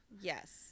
Yes